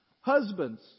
Husbands